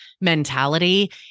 mentality